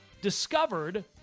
discovered